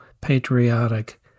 patriotic